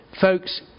Folks